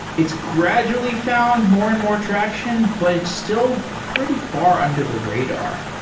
it's gradually found more and more transaction, but it's still pretty far under the radar.